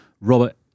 Robert